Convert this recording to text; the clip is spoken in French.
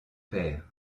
pères